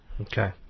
Okay